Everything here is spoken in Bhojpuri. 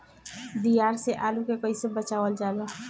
दियार से आलू के कइसे बचावल जाला?